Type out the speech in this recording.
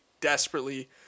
desperately